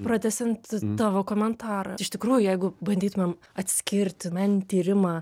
pratęsiant tavo komentarą iš tikrųjų jeigu bandytumėm atskirti meninį tyrimą